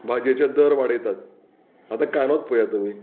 भाजयेचे दर वाडयतात आतां कांदोच पयात तुमी